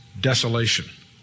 desolation